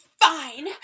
fine